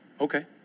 Okay